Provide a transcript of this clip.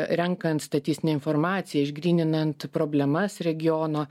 renkant statistinę informaciją išgryninant problemas regiono